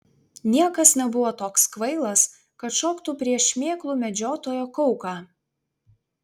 niekas nebuvo toks kvailas kad šoktų prieš šmėklų medžiotojo kauką